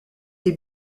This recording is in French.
des